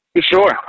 Sure